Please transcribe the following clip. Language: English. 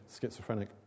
schizophrenic